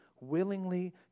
willingly